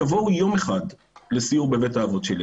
תבואו יום אחד לסיור בבית האבות שלי,